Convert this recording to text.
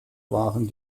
waren